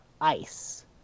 ice